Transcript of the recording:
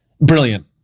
Brilliant